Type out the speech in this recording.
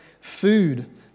food